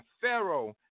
Pharaoh